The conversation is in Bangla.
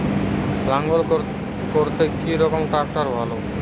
লাঙ্গল করতে কি রকম ট্রাকটার ভালো?